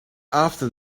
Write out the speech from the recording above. after